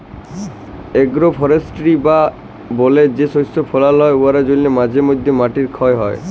agro forestry বা বলে যে শস্য ফলাল হ্যয় উয়ার জ্যনহে মাঝে ম্যধে মাটির খ্যয় হ্যয়